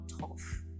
tough